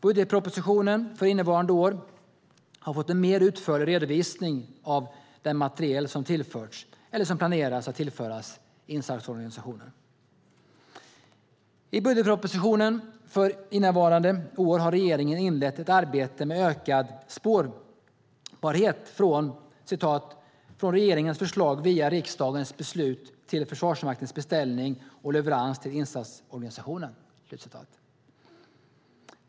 Budgetpropositionen för innevarande år har fått en mer utförlig redovisning av den materiel som tillförts eller som planerar att tillföras insatsorganisationen. I budgetpropositionen för innevarande år har regeringen inlett ett arbete med ökad spårbarhet "från regeringens förslag via riksdagens beslut till Försvarsmaktens beställning och leverans till insatsorganisationen".